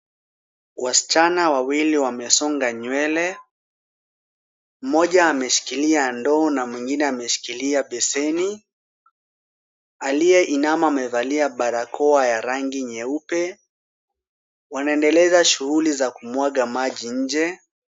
Wasichana wawili wamesonga nywele. Mmoja ameshikilia ndoo na mwingine ameshikilia besheni. Aliye inama amevalia barakoa ya rangi nyeupe. Wanaendeleza shughuli za kumwaga maji nje.